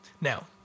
Now